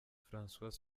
françois